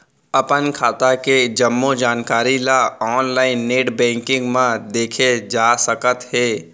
अपन खाता के जम्मो जानकारी ल ऑनलाइन नेट बैंकिंग म देखे जा सकत हे